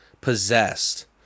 possessed